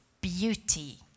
beauty